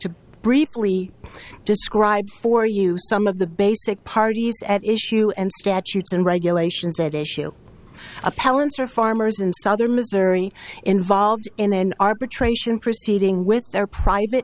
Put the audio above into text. to briefly describe for you some of the basic parties at issue and statutes and regulations at issue appellants are farmers in southern missouri involved in an arbitration proceeding with their private